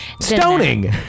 Stoning